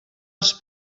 els